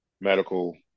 medical